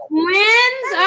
twins